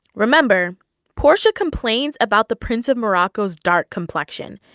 remember portia complains about the prince of morocco's dark complexion,